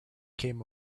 came